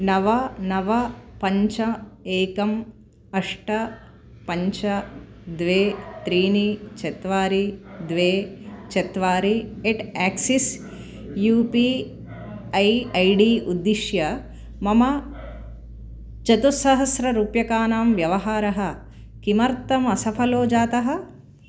नव नव पञ्च एकम् अष्ट पञ्च द्वे त्रीणि चत्वारि द्वे चत्वारि at Axis U P I I D उद्दिश्य मम चतुस्सहस्ररूप्यकाणां व्यवहारः किमर्थमसफलो जातः